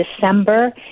December